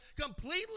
completely